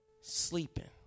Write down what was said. sleeping